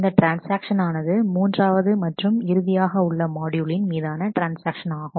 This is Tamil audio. இந்த ட்ரான்ஸ்ஆக்ஷன் ஆனது மூன்றாவது மற்றும் இறுதியாக உள்ள மாட்யூலின் மீதான ட்ரான்ஸ்ஆக்ஷன்ஆகும்